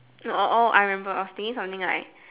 oh oh oh I remember I was thinking something like